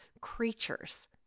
creatures